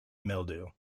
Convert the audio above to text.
mildew